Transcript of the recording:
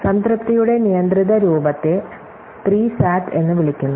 സംതൃപ്തിയുടെ നിയന്ത്രിത രൂപത്തെ 3 സാറ്റ് എന്ന് വിളിക്കുന്നു